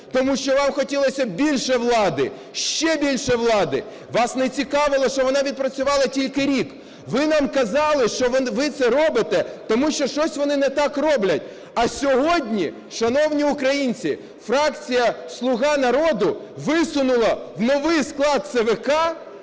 тому що вам хотілося більше влади, ще більше влади. Вас не цікавило, що вона відпрацювала тільки рік. Ви нам казали, що ви це робите, тому що щось вони не так роблять, а сьогодні, шановні українці, фракція "Слуга народу" висунула в новий склад ЦВК